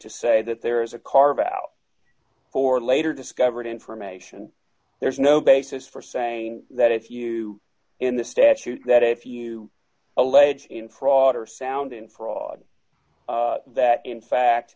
to say that there is a carve out for later discovered information there's no basis for saying that if you in the statute that if you allege fraud or sound in fraud that in fact